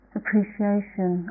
appreciation